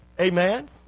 Amen